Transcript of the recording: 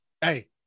hey